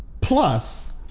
plus